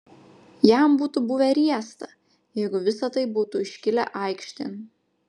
jam būtų buvę riesta jeigu visa tai būtų iškilę aikštėn